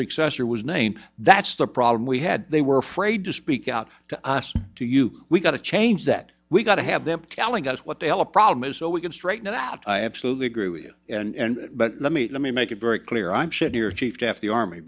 successor was named that's the problem we had they were afraid to speak out to us to you we've got to change that we've got to have them telling us what the hell a problem is so we can straighten it out i absolutely agree with you and but let me let me make it very clear i'm sure chief jeff the army